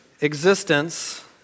existence